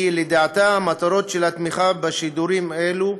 כי לדעתה המטרות של התמיכה בשידורים אלו,